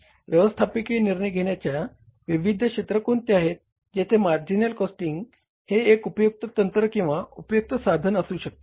व्यवस्थापकीय निर्णय घेण्याचे विविध क्षेत्र कोणते आहेत जेथे मार्जिनल कॉस्टिंग हे एक उपयुक्त तंत्र किंवा उपयुक्त साधन असू शकते